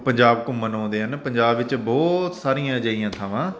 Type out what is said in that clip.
ਪੰਜਾਬ ਘੁੰਮਣ ਆਉਂਦੇ ਹਨਾ ਪੰਜਾਬ ਵਿੱਚ ਬਹੁਤ ਸਾਰੀਆਂ ਅਜਿਹੀਆਂ ਥਾਵਾਂ